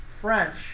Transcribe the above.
French